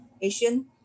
Asian